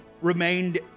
remained